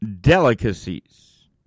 delicacies